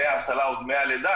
דמי האבטלה או דמי הלידה,